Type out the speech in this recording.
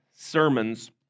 sermons